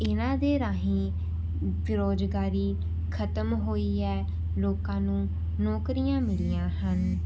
ਇਹਨਾਂ ਦੇ ਰਾਹੀਂ ਬੇਰੁਜ਼ਗਾਰੀ ਖਤਮ ਹੋਈ ਹੈ ਲੋਕਾਂ ਨੂੰ ਨੋਕਰੀਆਂ ਮਿਲੀਆਂ ਹਨ